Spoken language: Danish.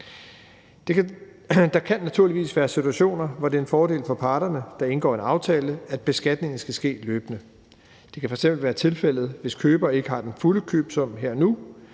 Der kan naturligvis være situationer, hvor det er en fordel for parterne, der indgår en aftale, at beskatningen skal ske løbende. Det kan f.eks. være tilfældet, hvis køber ikke har den fulde købesum her og